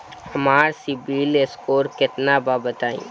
हमार CIBIL score केतना बा बताईं?